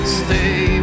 stay